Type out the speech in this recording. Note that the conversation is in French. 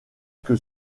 que